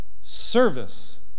service